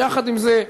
ויחד עם זה,